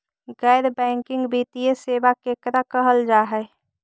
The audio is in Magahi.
गैर बैंकिंग वित्तीय सेबा केकरा कहल जा है?